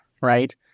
right